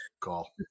call